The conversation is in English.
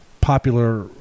popular